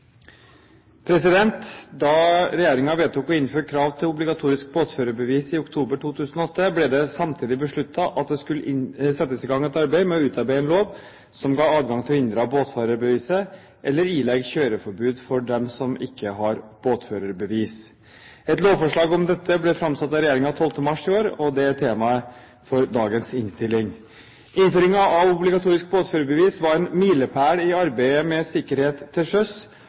Da regjeringen vedtok å innføre krav til obligatorisk båtførerbevis i oktober 2008, ble det samtidig besluttet at det skulle settes i gang et arbeid med å utarbeide en lov som ga adgang til å inndra båtførerbeviset eller ilegge kjøreforbud for dem som ikke har båtførerbevis. Et lovforslag om dette ble framsatt av regjeringen 12. mars i år, og det er temaet for dagens innstilling. Innføringen av obligatorisk båtførerbevis var en milepæl i arbeidet med sikkerhet til sjøs.